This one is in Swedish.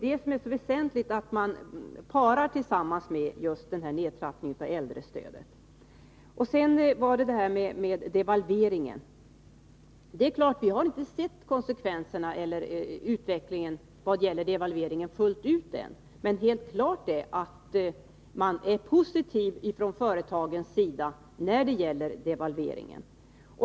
Det är väsentligt att para detta med en nedtrappning av äldrestödet. Beträffande devalveringen är det klart att vi inte har sett utvecklingen fullt ut än, men helt klart är att företagen är positiva till devalveringen.